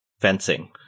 fencing